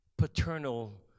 paternal